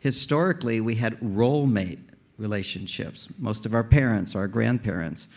historically, we had role mate relationships. most of our parents, our grandparents,